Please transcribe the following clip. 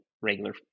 regular